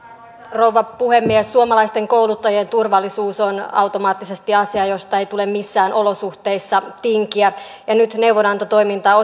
rouva puhemies suomalaisten kouluttajien turvallisuus on automaattisesti asia josta ei tule missään olosuhteissa tinkiä ja nyt neuvonantotoimintaan